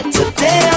Today